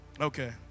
Okay